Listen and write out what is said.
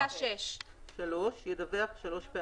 במקרה שתהיה אפשרות לרופא הממשלתי למצות את החקירה